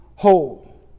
whole